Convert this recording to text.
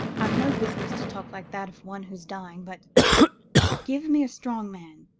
i've no business to talk like that of one who's dying, but give me a strong man,